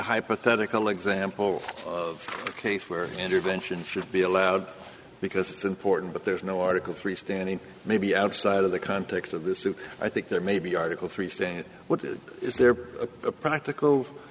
hypothetical example of a case where intervention should be allowed because it's important but there's no article three standing maybe outside of the context of this i think there may be article three saying what is there a practical